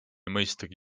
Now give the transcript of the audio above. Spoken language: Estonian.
mõistagi